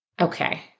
Okay